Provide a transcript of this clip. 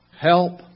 Help